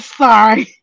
sorry